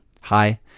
hi